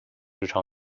日常